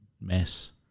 mess